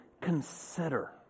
consider